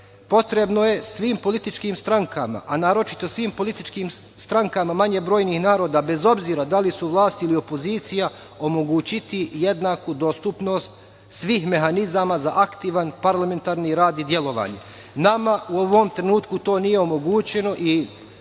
je svim političkim strankama, a naročito svim političkim strankama manje brojnijih naroda, bez obzira da li su vlast ili opozicija, omogućiti jednaku dostupnost svih mehanizama za aktivan parlamentarni rad i delovanje. Nama u ovom trenutku to nije omogućeno i